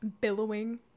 Billowing